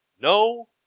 no